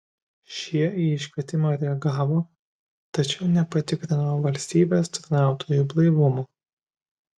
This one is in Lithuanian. šie į iškvietimą reagavo tačiau nepatikrino valstybės tarnautojų blaivumo